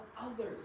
others